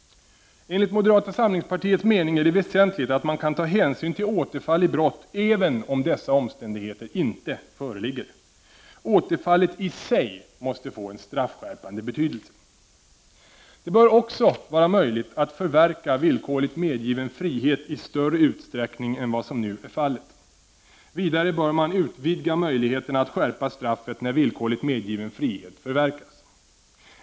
Enligt moderata samlingspartiets mening är det väsentligt att man kan ta hänsyn till återfall i brott även om dessa omständigheter inte föreligger. Återfallet i sig måste få en straffskärpande betydelse. Det bör också vara möjligt att förverka villkorligt medgiven frihet i större utsträckning än vad som nu är fallet. Vidare bör man utvidga möjligheterna att skärpa straffet när villkorligt medgiven frihet förverkas.